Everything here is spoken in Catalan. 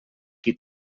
qui